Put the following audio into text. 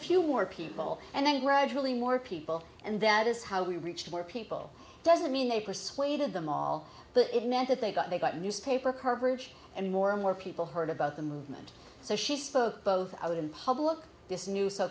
few more people and then gradually more people and that is how we reached more people doesn't mean they persuaded them all but it meant that they got they got newspaper coverage and more and more people heard about the movement so she spoke both out in public this new so